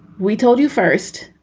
we told you first.